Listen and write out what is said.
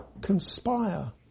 conspire